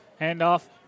Handoff